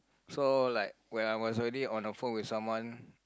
so like when I was already on the phone with someone